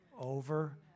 over